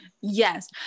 yes